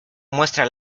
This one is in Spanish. muestra